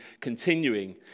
continuing